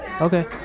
Okay